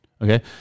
Okay